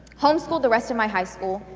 homeschooled the rest of my high school,